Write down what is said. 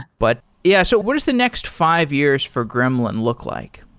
but yeah, so what does the next five years for gremlin look like?